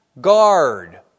guard